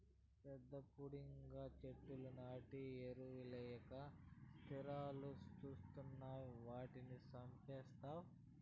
పెద్ద పుడింగిలా చెట్లు నాటి ఎరువెయ్యక సిత్రాలు సూస్తావ్ వాటిని సంపుతావ్